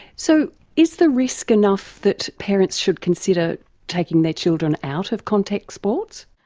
so is the risk enough that parents should consider taking their children out of contact sports?